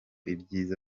ibyiza